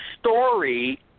story